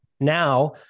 Now